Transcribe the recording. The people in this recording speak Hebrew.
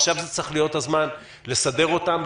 עכשיו צריך להיות הזמן לסדר אותם,